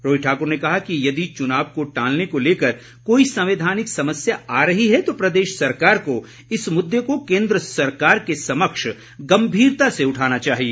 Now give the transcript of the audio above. रोहित ठाकुर ने कहा कि यदि चुनाव को टालने को लेकर कोई संवैधानिक समस्या आ रही है तो प्रदेश सरकार को इस मुद्दे को केन्द्र सरकार के समक्ष गम्भीरता से उठाना चाहिए